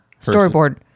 Storyboard